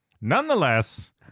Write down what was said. Nonetheless